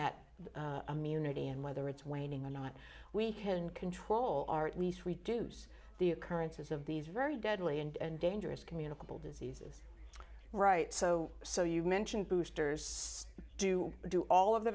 at a minute and whether it's waning or not we have in control are at least reduce the occurrences of these very deadly and dangerous communicable diseases right so so you mentioned boosters do do all of the